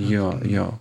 jo jo